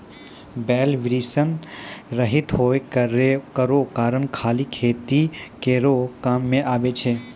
बैल वृषण रहित होय केरो कारण खाली खेतीये केरो काम मे आबै छै